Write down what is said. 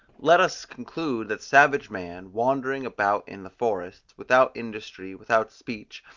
let us conclude that savage man, wandering about in the forests, without industry, without speech,